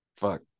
fuck